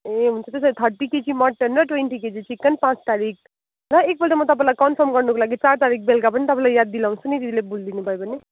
ए हुन्छ त्यसो भए थर्टी केजी मटन र ट्वेन्टी केजी चिकन पाँच तारिक र एकपल्ट म तपाईँलाई कन्फर्म गर्नुको लागि चार तारिक बेलुका पनि तपाईँलाई याद दिलाउँछु नि दिदीले भुलदिनु भयो भने